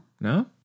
No